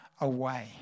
away